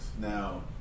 Now